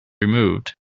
removed